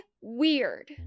weird